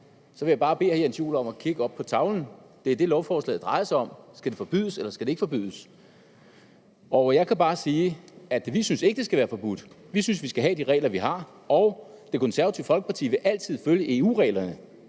Så vil jeg bare bede hr. Jens Joel om at kigge op på tavlen. Det er det, lovforslaget drejer sig om. Skal det forbydes, eller skal det ikke forbydes? Jeg kan bare sige, at vi ikke synes, at det skal være forbudt. Vi synes, at vi skal have de regler, vi har, og Det Konservative Folkeparti vil altid følge EU-reglerne,